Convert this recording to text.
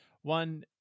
one